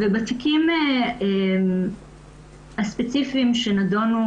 ובתיקים הספציפיים שנדונו